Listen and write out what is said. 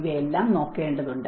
ഇവയെല്ലാം നോക്കേണ്ടതുണ്ട്